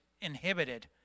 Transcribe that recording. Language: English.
inhibited